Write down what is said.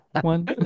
One